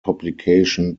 publication